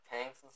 tanks